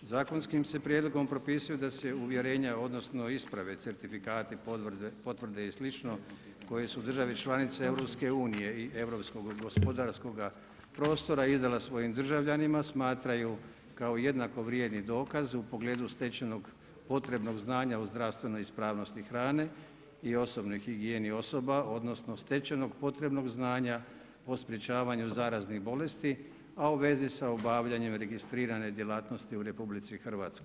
Zakonskim se prijedlogom propisuju da se uvjerenja odnosno isprave, certifikati, potvrde i slično, koje su države članice EU-a i europskog gospodarskog prostora izdale svojim državljanima smatraju kao jednako vrijedni dokaz u pogledu stečenog potrebnog znanja u zdravstvenoj ispravnosti hrane i osobne higijene, higijeni osoba, odnosno stečenog potrebno znanja o sprečavanju zaraznih bolesti a uvezi sa obavljanjem registrirane djelatnosti u RH.